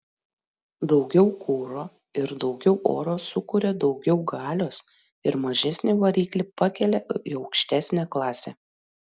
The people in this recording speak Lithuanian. daugiau kuro ir daugiau oro sukuria daugiau galios ir mažesnį variklį pakelia į aukštesnę klasę